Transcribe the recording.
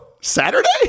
Saturday